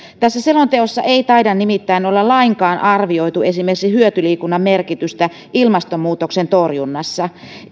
selonteossa ei nimittäin taida olla lainkaan arvioitu esimerkiksi hyötyliikunnan merkitystä ilmastonmuutoksen torjunnassa eikö